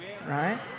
right